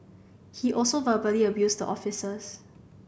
he also verbally abused the officers